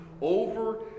over